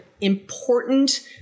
important